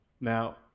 Now